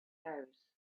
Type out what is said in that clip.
house